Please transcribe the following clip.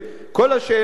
כל השאלה כאן,